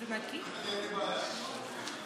אין לי בעיה.